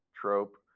trope